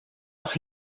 noch